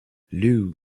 lew